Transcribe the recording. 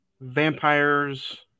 Vampires